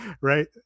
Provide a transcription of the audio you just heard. Right